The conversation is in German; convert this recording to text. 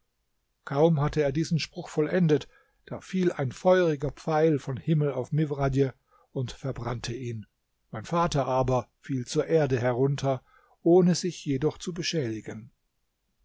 kaum hatte er diesen spruch vollendet da fiel ein feuriger pfeil vom himmel auf mifradj und verbrannte ihn mein vater aber fiel zur erde herunter ohne sich jedoch zu beschädigen